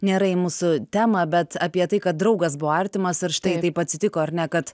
nėra į mūsų temą bet apie tai kad draugas buvo artimas ir štai taip atsitiko ar ne kad